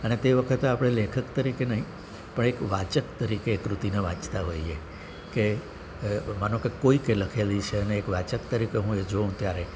અને તે વખતે આપણે લેખક તરીકે નહિ પણ એક વાચક તરીકે એ કૃતિને વાંચતા હોઈએ કે માનો કે કોઈકે લખેલી છે અને એક વાચક તરીકે હું એ જોઉં ત્યારે